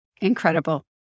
incredible